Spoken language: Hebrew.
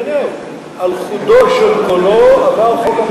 על חודו של קולו עבר חוק המפלגות.